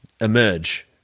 emerge